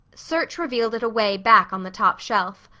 search revealed it away back on the top shelf.